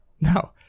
No